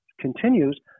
continues